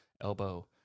elbow